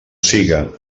siga